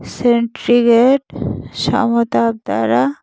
centigrade সমতাপ দ্বারা